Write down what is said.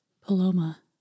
Paloma